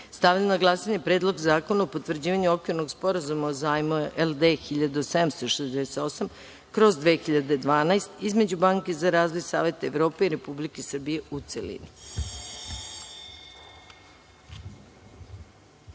na glasanje Predlog zakona o potvrđivanju Okvirnog sporazuma o zajmu LD 1768 (2012) između Banke za razvoj Saveta Evrope i Republike Srbije, u